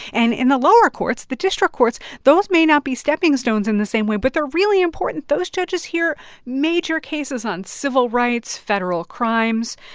and in the lower courts, the district courts, those may not be stepping stones in the same way, but they're really important. those judges hear major cases on civil rights, federal crimes,